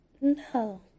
No